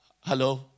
Hello